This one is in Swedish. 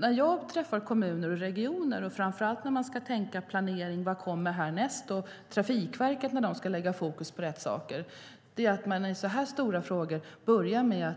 När jag träffar kommuner och regioner, framför allt när det gäller planering, och Trafikverket när de ska fästa fokus på rätt saker framhåller jag vikten av att börja med